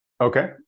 Okay